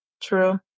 True